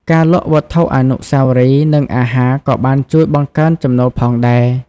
ការលក់វត្ថុអនុស្សាវរីយ៍ និងអាហារក៏បានជួយបង្កើនចំណូលផងដែរ។